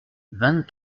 vingt